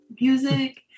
music